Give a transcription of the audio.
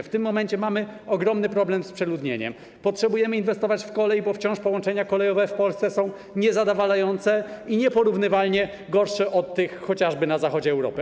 W tym momencie mamy ogromny problem z przeludnieniem, potrzebujemy inwestować w kolej, bo wciąż połączenia kolejowe w Polsce są niezadowalające i nieporównywalnie gorsze od tych chociażby na zachodzie Europy.